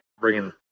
bringing